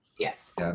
Yes